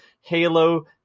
Halo